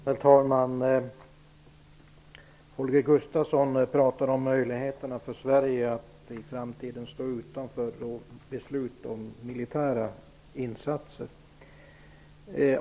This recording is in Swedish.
Herr talman! Holger Gustafsson talade om möjligheterna för Sverige att i framtiden stå utanför beslut om militära insatser.